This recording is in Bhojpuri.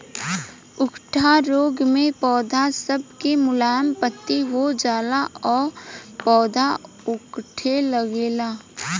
उकठा रोग मे पौध सब के मुलायम पत्ती हो जाला आ पौधा उकठे लागेला